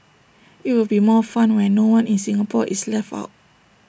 IT will be more fun when no one in Singapore is left out